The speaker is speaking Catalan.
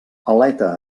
aleta